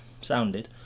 sounded